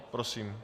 Prosím.